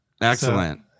Excellent